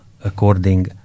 according